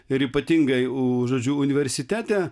ir ypatingai žodžiu universitete